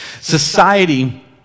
Society